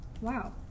Wow